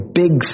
big